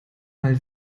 mal